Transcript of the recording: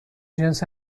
جنس